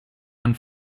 man